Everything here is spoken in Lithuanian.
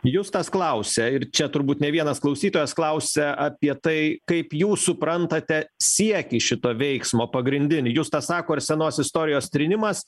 justas klausia ir čia turbūt ne vienas klausytojas klausia apie tai kaip jūs suprantate siekį šito veiksmo pagrindinį justas sako ar senos istorijos trynimas